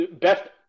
best